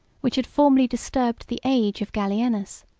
which had formerly disturbed the age of gallienus,